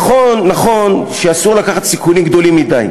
נכון שאסור לקחת סיכונים גדולים מדי.